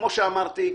כפי שאמרתי,